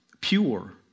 pure